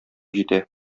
җитә